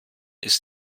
ist